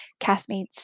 castmates